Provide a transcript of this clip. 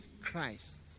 Christ